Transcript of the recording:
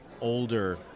older